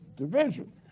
Division